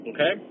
Okay